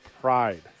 pride